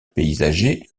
paysager